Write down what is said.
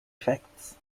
effects